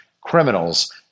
criminals